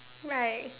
right